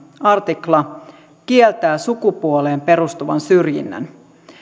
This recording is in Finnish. artikla kieltää sukupuoleen perustuvan syrjinnän